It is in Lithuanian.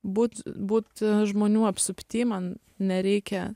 būt būt žmonių apsupty man nereikia